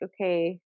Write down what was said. okay